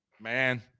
Man